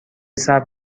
صبر